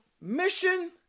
Mission